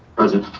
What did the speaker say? present.